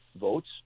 votes